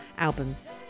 Albums